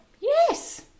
yes